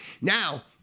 Now